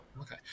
Okay